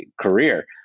career